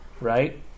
right